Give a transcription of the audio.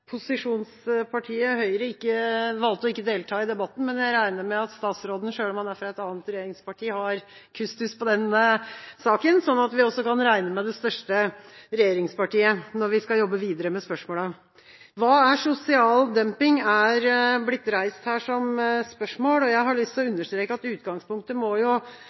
posisjonspartiet, Høyre, valgte ikke å delta i debatten, men jeg regner med at statsråden, selv om han er fra et annet regjeringsparti, har kustus på den saken, sånn at vi også kan regne med det største regjeringspartiet når vi skal jobbe videre med spørsmålene. Hva er sosial dumping?, er blitt reist her som spørsmål. Jeg har lyst til å understreke at utgangspunktet kan jo